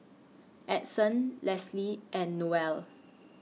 Edson Lesley and Noelle